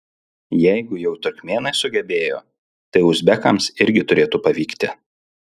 jeigu jau turkmėnai sugebėjo tai uzbekams irgi turėtų pavykti